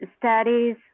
studies